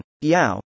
Yao